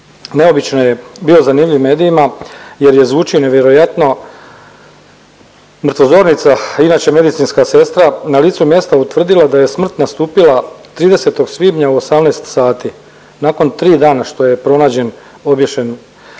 neobično je bio zanimljiv medijima, jer je zvučao nevjerojatno. Mrtvozornica inače medicinska sestra na licu mjesta utvrdila da je smrt nastupila 30. svibnja u 18,00 sati nakon tri dana što je pronađen obješen blizu